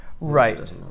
Right